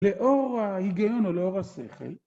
לאור ההיגיון או לאור השכל.